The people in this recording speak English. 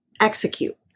Execute